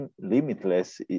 limitless